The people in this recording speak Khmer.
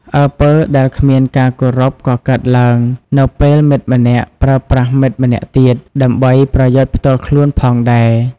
អំពើដែលគ្មានការគោរពក៏កើតឡើង នៅពេលមិត្តម្នាក់ប្រើប្រាស់មិត្តម្នាក់ទៀត ដើម្បីប្រយោជន៍ផ្ទាល់ខ្លួនផងដែរ។